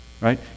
right